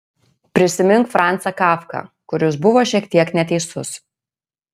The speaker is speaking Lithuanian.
prisimink francą kafką kuris buvo šiek tiek neteisus